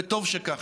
וטוב שכך.